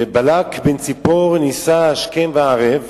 ובלק בן צפור ניסה השכם והערב